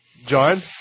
John